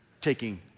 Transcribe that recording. taking